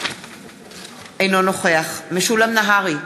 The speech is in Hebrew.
אינו נוכח משולם נהרי,